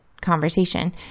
conversation